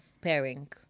pairing